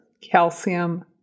calcium